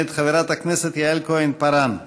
מאת חברת הכנסת יעל כהן-פארן,